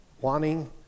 Wanting